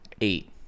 Eight